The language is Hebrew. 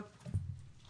רק,